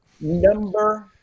Number –